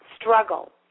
struggle